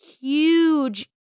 huge